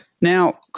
now